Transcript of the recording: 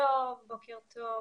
בוקר טוב.